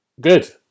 good